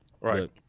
Right